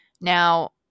Now